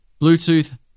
Bluetooth